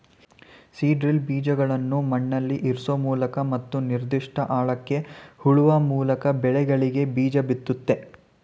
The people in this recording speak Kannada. ಸೀಡ್ ಡ್ರಿಲ್ ಬೀಜಗಳ್ನ ಮಣ್ಣಲ್ಲಿಇರ್ಸೋಮೂಲಕ ಮತ್ತು ನಿರ್ದಿಷ್ಟ ಆಳಕ್ಕೆ ಹೂಳುವಮೂಲ್ಕಬೆಳೆಗಳಿಗೆಬೀಜಬಿತ್ತುತ್ತೆ